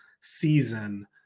season